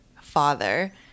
father